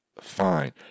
fine